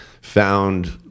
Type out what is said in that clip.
found